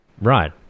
Right